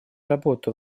работу